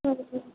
হুম